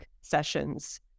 sessions